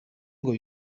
ngo